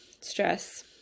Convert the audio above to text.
stress